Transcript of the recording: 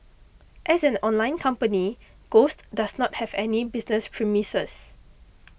as an online company Ghost does not have any business premises